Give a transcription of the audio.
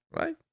right